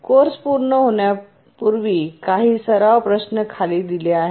course पूर्ण होण्यापूर्वी काही सराव प्रश्न खाली दिले आहेत